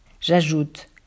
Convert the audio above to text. J'ajoute